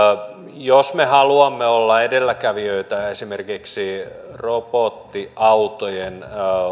jos me haluamme olla edelläkävijöitä esimerkiksi robottiautojen